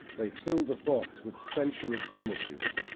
they fill the thoughts with sensuous images,